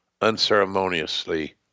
unceremoniously